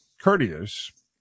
courteous